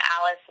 Alice